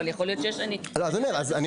אבל יכול להיות שיש לו --- אז אני אומר,